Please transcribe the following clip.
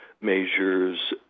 measures